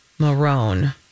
Marone